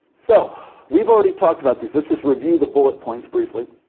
so we've already talked about these. let's just review the bullet points briefly.